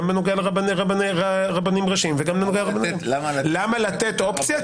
גם בנוגע לרבנים ראשיים וגם בנוגע --- למה לתת אופציה?